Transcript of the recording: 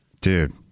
Dude